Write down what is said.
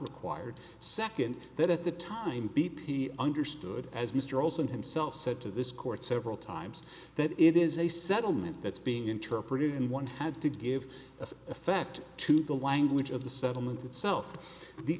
required second that at the time b p understood as mr olson himself said to this court several times that it is a settlement that's being interpreted and one had to give of effect to the language of the settlement itself the